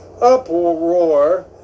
uproar